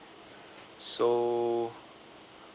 so